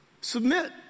submit